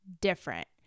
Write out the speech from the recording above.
different